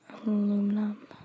aluminum